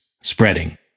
spreading